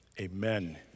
Amen